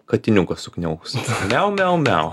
katiniukas sukniauks miau miau miau